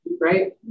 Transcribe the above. right